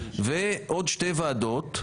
ועוד שתי ועדות,